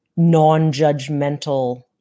non-judgmental